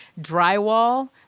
drywall